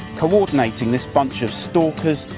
coordinating this bunch of stalkers,